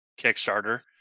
Kickstarter